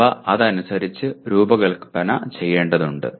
അവ അതനുസരിച്ച് രൂപകൽപ്പന ചെയ്യേണ്ടതുണ്ട്